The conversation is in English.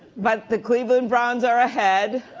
but the cleveland browns are ahead